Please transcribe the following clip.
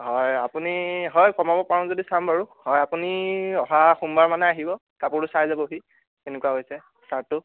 হয় আপুনি হয় কমাব পাৰোঁ যদি চাম বাৰু হয় আপুনি অহা সোমবাৰমানে আহিব কাপোৰটো চাই যাবহি কেনেকুৱা হৈছে শ্ৱাৰ্টটো